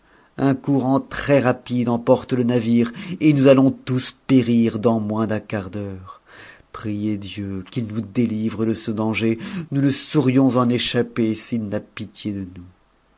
un courant très rapide emporte le navir et nous allons tous périr dans un quart d'heure priez dieu qu'il no délivre de ce danger nous ne saurions en échapper s'il n'a pitié de nous